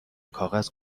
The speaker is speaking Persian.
کاغذ